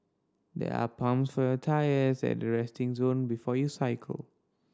there are pumps for your tyres at the resting zone before you cycle